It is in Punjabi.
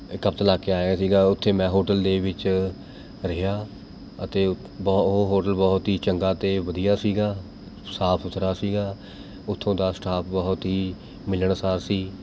ਇੱਕ ਹਫ਼ਤਾ ਲਾ ਕੇ ਆਇਆ ਸੀਗਾ ਉੱਥੇ ਮੈਂ ਹੋਟਲ ਦੇ ਵਿੱਚ ਰਿਹਾ ਅਤੇ ਬਹੁ ਉਹ ਹੋਟਲ ਬਹੁਤ ਹੀ ਚੰਗਾ ਅਤੇ ਵਧੀਆ ਸੀਗਾ ਸਾਫ਼ ਸੁਥਰਾ ਸੀਗਾ ਉੱਥੋਂ ਦਾ ਸਟਾਫ ਬਹੁਤ ਹੀ ਮਿਲਣਸਾਰ ਸੀ